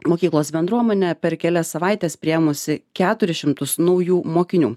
mokyklos bendruomenė per kelias savaites priėmusi keturis šimtus naujų mokinių